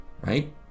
right